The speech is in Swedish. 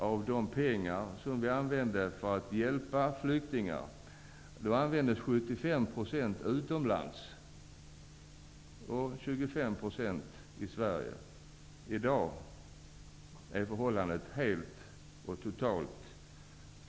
Av de pengar som vi använde för att hjälpa flyktingar användes för något år sedan 75 % utomlands och 25 % i Sverige. I dag är förhållandet det motsatta.